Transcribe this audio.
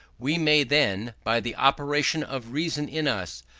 we may then, by the operation of reason in us,